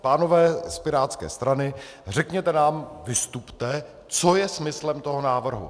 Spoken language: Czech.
Pánové z pirátské strany, řekněte nám, vystupte, co je smyslem toho návrhu.